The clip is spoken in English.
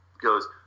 goes